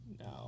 No